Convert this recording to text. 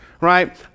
Right